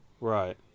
Right